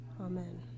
Amen